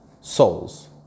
souls